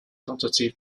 tentative